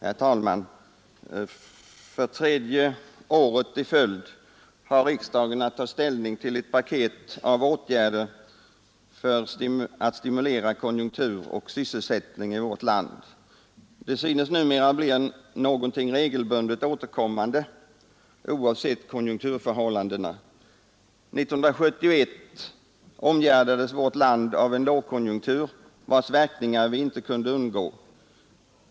Herr talman! För tredje året i följd har riksdagen att ta ställning till ett paket av åtgärder för att stimulera konjunktur och sysselsättning i vårt land. Det synes numera bli någonting regelbundet återkommande oavsett konjunkturförhållandena. 1971 omgärdades vårt land av en lågkonjunktur vars verkningar vi inte kunde undgå.